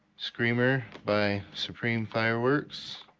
screamer by supreme fireworks.